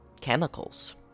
chemicals